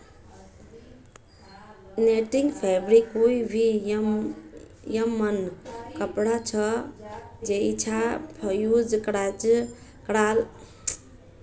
netting fabric कोई भी यममन कपड़ा छ जैइछा फ़्यूज़ क्राल धागाक लूप या नॉट करव सक छी